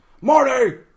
Marty